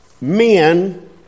men